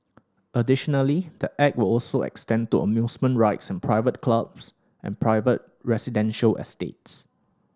additionally the Act will also extend to amusement rides in private clubs and private residential estates